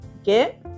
Okay